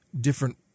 different